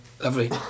Lovely